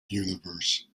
universe